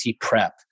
prep